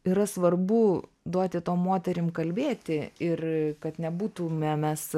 yra svarbu duoti to moterim kalbėti ir kad nebūtume mes